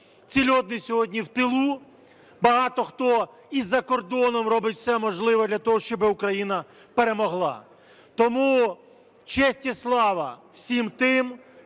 ці люди сьогодні в тилу, багато хто і за кордоном робить все можливе для того, щоб Україна перемогла. Тому честь і слава всім тим,